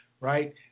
Right